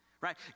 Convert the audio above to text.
right